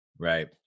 right